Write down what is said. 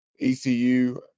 ECU